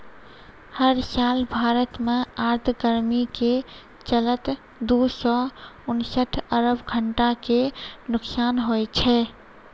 हर साल भारत मॅ आर्द्र गर्मी के चलतॅ दू सौ उनसठ अरब घंटा के नुकसान होय छै